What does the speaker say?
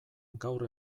gaur